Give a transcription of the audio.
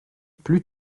plus